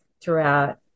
throughout